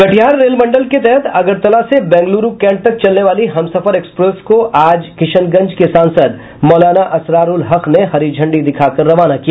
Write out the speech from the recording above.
Katihar rail मंडल के तहत अगरतला से बेंगलुरु कैंट तक चलने वाली हमसफर एक्सप्रेस को आज किशनगंज के सांसद मौलाना असरारुल हक ने हरी झंडी दिखा कर रवाना किया